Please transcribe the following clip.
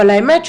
אבל האמת,